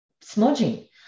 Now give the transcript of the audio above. smudging